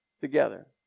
together